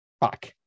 Fuck